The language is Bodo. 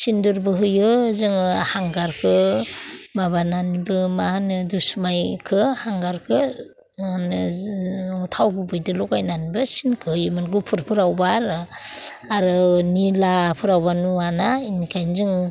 सिन्दुरबो होयो जोङो हांगारखौ माबानानैबो मा होनो दुसमैखौ हांगारखौ मा होनो थाव गुबैजों लगायनानैबो सिनखौ होयोमोन गुफुरफोरावबा आरो आरो निला फोरावबा नुवाना बेनिखायनो जों